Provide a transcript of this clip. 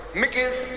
mickey's